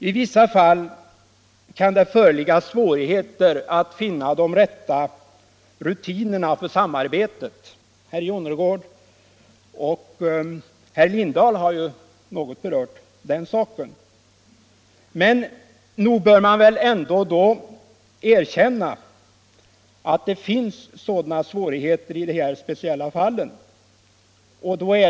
I vissa fall kan det föreligga svårigheter att finna de rätta rutinerna för sam arbetet — och den frågan har något berörts av herrar Jonnergård och Lindahl i Hamburgsund — och nog bör man väl ändå erkänna att sådana svårigheter finns i det här speciella fallet.